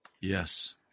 Yes